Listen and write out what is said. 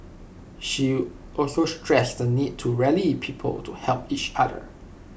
she also stressed the need to rally people to help each other